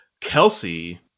Kelsey